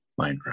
Minecraft